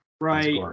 Right